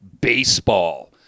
baseball